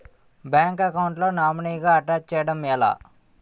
Bank account లో నామినీగా attach చేయడం ఎలా?